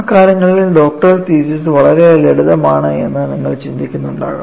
ആ കാലങ്ങളിൽ doctoral thesis വളരെ ലളിതമാണ് എന്ന് നിങ്ങൾ ചിന്തിക്കുന്നുണ്ടാകാം